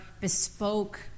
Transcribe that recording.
bespoke